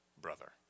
brother